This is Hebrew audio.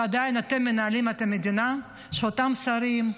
שאתם עדיין מנהלים את המדינה, שאותם שרים,